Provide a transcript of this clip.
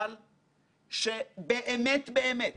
ואתה כמי שהוציא את הדברים מן הכוח אל הפועל.